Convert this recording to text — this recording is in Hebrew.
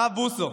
הרב בוסו,